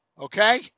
okay